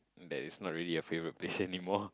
that is not really a favourite place anymore